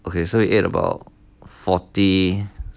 okay so we ate about forty